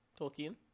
Tolkien